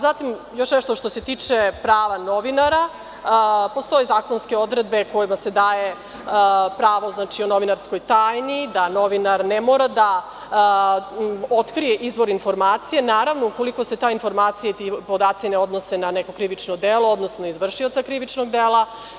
Zatim, još nešto što se tiče prava novinara, postoje zakonske odredbe kojima se daje pravo o novinarskoj tajni, da novinar ne mora da otkrije izvor informacija, naravno ukoliko se ta informacija i ti podaci ne odnose na neko krivično delo, odnosno izvršioca krivičnog dela.